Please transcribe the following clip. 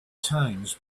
times